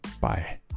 Bye